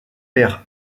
paires